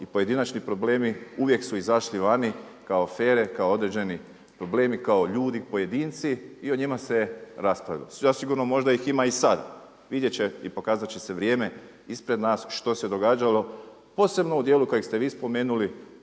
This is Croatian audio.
i pojedinačni problemi uvijek su izašli vani kao afere, kao određeni problemi, kao ljudi pojedinci i o njima se raspravlja. Zasigurno možda ih ima i sad, vidjet će i pokazat će se vrijeme ispred nas što se događalo posebno u dijelu kojeg ste vi spomenuli